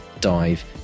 dive